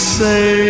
say